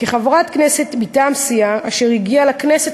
כחברת כנסת מטעם סיעה אשר הגיעה לכנסת